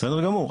בסדר גמור.